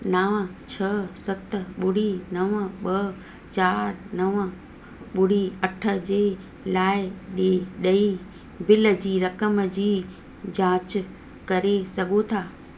नवं छह सत ॿुड़ी नवं ॿ चार नवं ॿुड़ी अठ जे लाइ ॾे ॾै बिल जी रक़म जी जांच करे सघो था